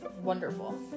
wonderful